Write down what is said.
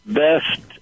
best